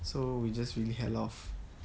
so we just really had lot of